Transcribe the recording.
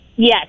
Yes